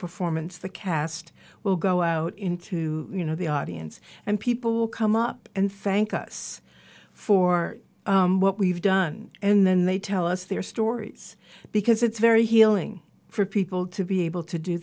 performance the cast i'll go out into you know the audience and people will come up and thank us for what we've done and then they tell us their stories because it's very healing for people to be able to do